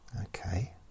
Okay